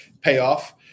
payoff